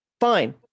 fine